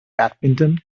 badminton